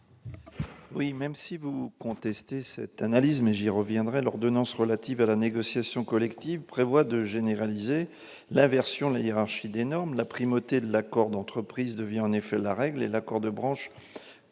même si vous contestez cette analyse- j'y reviendrai -, l'ordonnance relative à la négociation collective prévoit de généraliser l'inversion de la hiérarchie des normes. La primauté de l'accord d'entreprise devient ainsi la règle, l'accord de branche